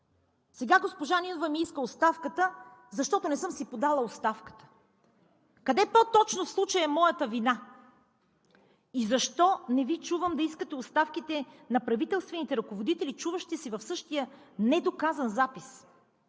Сега госпожа Нинова ми иска оставката, защото не съм си подала оставката. Къде по-точно в случая е моята вина? И защо не Ви чувам да искате оставките на правителствените ръководители, чуващи се в същия недоказан запис?